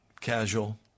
casual